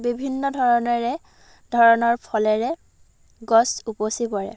বিভিন্ন ধৰণেৰে ধৰণৰ ফলেৰে গছ উপচি পৰে